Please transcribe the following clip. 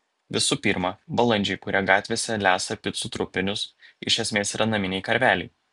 visų pirma balandžiai kurie gatvėse lesa picų trupinius iš esmės yra naminiai karveliai